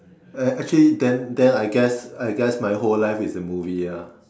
ac~ actually then then I guess my whole life is a movie ah